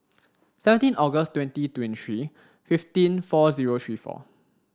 seventeen August twenty twenty three fifteen four zero three four